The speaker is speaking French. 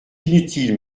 inutile